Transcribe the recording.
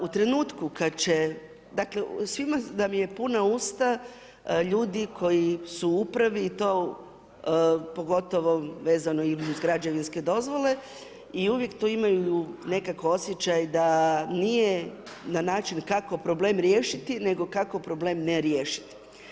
U trenutku kad će, dakle svima nam je puna usta ljudi koji su upravi i to pogotovo vezano ili uz građevinske dozvole i uvijek tu imam osjećaj da nije na način kako problem riješiti nego kako problem ne riješiti.